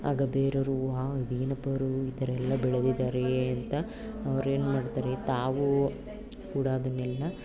ಆಗ ಬೇರೆಯವ್ರು ಹಾ ಇದೇನಪ್ಪ ಇವರು ಈ ಥರ ಎಲ್ಲ ಬೆಳ್ದಿದ್ದಾರೆ ಅಂತ ಅವ್ರೇನು ಮಾಡ್ತಾರೆ ತಾವು ಕೂಡ ಅದನ್ನೆಲ್ಲ